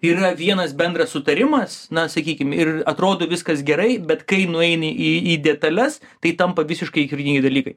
yra vienas bendras sutarimas na sakykim ir atrodo viskas gerai bet kai nueini į detales tai tampa visiškai kritiniai dalykai